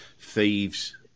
thieves